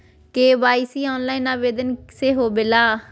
KYC online आवेदन से होवे ला?